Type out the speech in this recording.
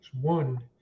One